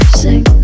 sing